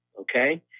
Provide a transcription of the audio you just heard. Okay